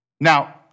Now